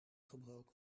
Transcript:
gebroken